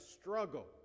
struggle